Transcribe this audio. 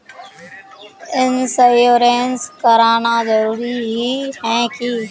Insurance कराना जरूरी ही है की?